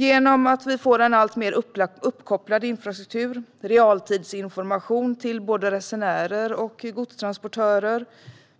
Genom att det blir en alltmer uppkopplad infrastruktur, realtidsinformation till både resenärer och godstranportörer